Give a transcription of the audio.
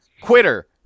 quitter